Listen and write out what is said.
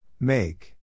Make